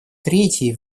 третий